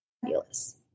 fabulous